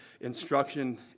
instruction